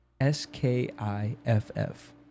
S-K-I-F-F